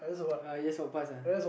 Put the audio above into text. uh yes walk pass uh